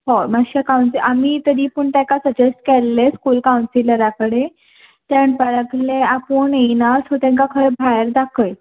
हय मात्शे कांव आमी तरी पूण तेका सजेस्ट केल्ले स्कूल कांवसीलराकडेन तें म्हणपाक लागलें आपूण येयना सो तेका भायर दाखय